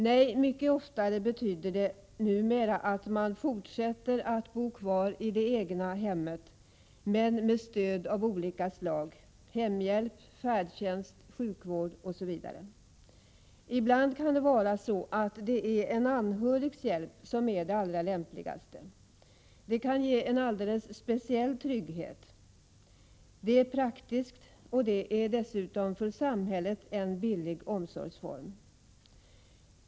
Nej, mycket ofta betyder sådan omsorg numera att man fortsätter att bo kvar i det egna hemmet, men med stöd av olika slag, i form av hemhjälp, färdtjänst, sjukvård osv. Ibland kan en anhörigs hjälp vara det allra lämpligaste alternativet. Det kan ge en alldeles speciell trygghet, det är praktiskt och det är dessutom för samhället en billig omsorgsform.